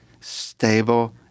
stable